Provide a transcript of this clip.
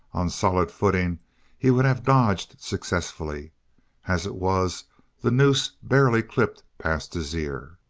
on solid footing he would have dodged successfully as it was the noose barely clipped past his ear.